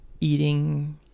eating